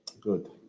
Good